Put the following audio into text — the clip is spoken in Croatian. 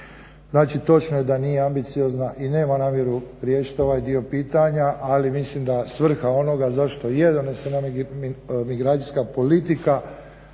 Znači, točno je da nije ambiciozna i nema namjeru riješiti ovaj dio pitanja, ali mislim da svrha onoga zašto je donesena migracijska politika